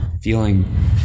feeling